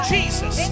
Jesus